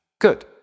good